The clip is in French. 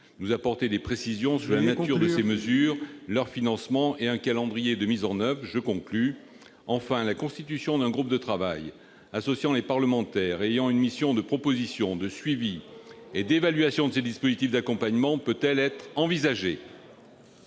nous apporter des précisions sur la nature de ces mesures, leur financement et un calendrier de leur mise en oeuvre ? Veuillez conclure, mon cher collègue ! Enfin, la constitution d'un groupe de travail associant les parlementaires et ayant une mission de proposition, de suivi et d'évaluation de ces dispositifs d'accompagnement peut-elle être envisagée ?